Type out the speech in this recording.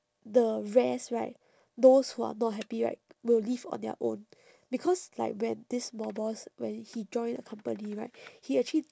the rest right those who are not happy right will leave on their own because like when this small boss when he joined the company right he actually